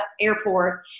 airport